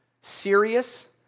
serious